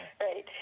right